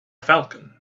falcon